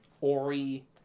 Ori